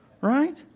right